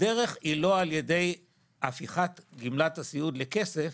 הדרך היא לא על ידי הפיכת גמלת הסיעוד לכסף,